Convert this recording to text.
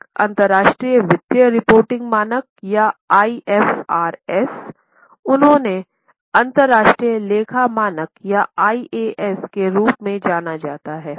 एक अंतर्राष्ट्रीय वित्तीय रिपोर्टिंग मानक या IFRS है उन्हें अंतर्राष्ट्रीय लेखा मानक या IAS के रूप में जाना जाता है